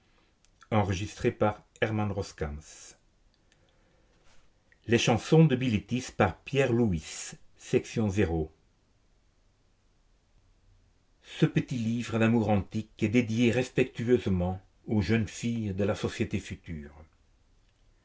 les chansons de bilitis roman lyrique ce petit livre d'amour antique est dédié respectueusement aux jeunes filles de la societé future